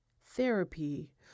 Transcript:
Therapy